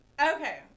okay